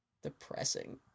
depressing